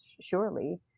surely